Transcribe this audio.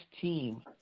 team